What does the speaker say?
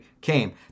came